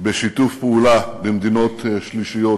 בשיתוף פעולה במדינות שלישיות.